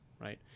right